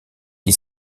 qui